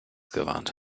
gewarnt